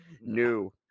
new